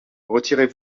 retirez